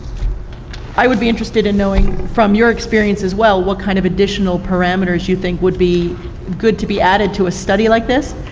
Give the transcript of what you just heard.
i would be interested in knowing, from your experience as well, what kind of additional parameters you think would be good to be added to a study like this,